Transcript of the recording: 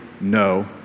no